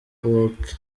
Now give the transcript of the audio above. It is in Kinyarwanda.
uok